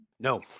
No